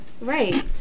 Right